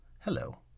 Hello